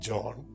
John